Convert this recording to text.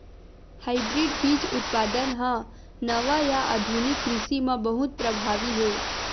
hybrid बीज उत्पादन हा नवा या आधुनिक कृषि मा बहुत प्रभावी हे